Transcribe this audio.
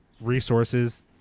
resources